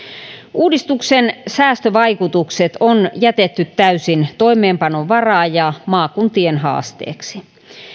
uudistuksen säästövaikutukset on jätetty täysin toimeenpanon varaan ja maakuntien haasteeksi